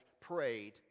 prayed